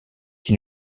qui